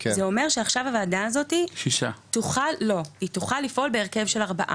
זה אומר שעכשיו הוועדה הזאת תוכל לפעול בהרכב של ארבעה.